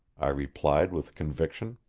i replied with conviction.